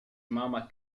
mama